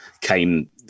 came